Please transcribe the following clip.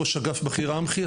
ראש אגף בכיר אמח"י,